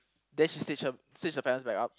then she snitch her snitch her parents back up